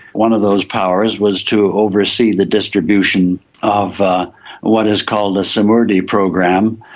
one of those powers was to oversee the distribution of what is called a samurdhi program,